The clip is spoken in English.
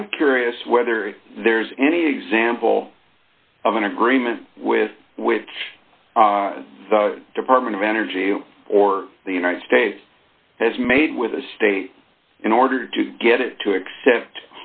i'm curious whether there is any example of an agreement with with the department of energy you or the united states has made with the state in order to get it to accept